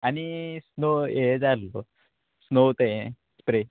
आनी स्नो ये जाय आहलो स्नो तें स्प्रे